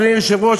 אדוני היושב-ראש,